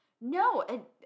No